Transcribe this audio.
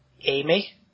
Amy